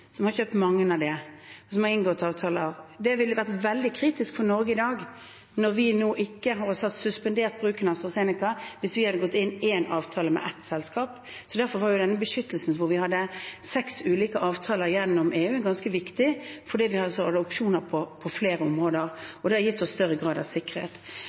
ville vært veldig kritisk for Norge i dag når vi nå har suspendert bruken av AstraZeneca, hvis vi hadde inngått én avtale med ett selskap. Derfor var denne beskyttelsen, hvor vi hadde seks ulike avtaler gjennom EU, ganske viktig, fordi vi hadde opsjoner på flere områder. Det har gitt oss større grad av sikkerhet.